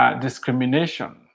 discrimination